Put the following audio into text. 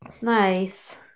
Nice